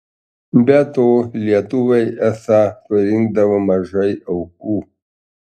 be to lietuviai esą surinkdavo mažai aukų